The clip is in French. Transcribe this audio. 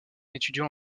étudiant